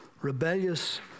rebellious